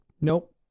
nope